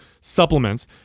supplements